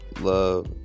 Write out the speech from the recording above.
love